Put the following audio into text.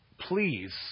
Please